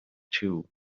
too